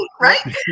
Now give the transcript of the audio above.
right